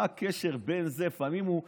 מה הקשר בין זה, לפעמים הוא משתמש,